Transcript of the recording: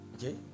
okay